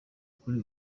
kuri